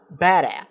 Badass